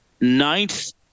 ninth